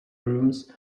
rooms